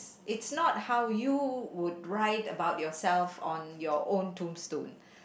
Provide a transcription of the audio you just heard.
it's not how would you write about yourself on your own tombstone